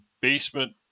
basement